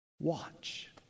Watch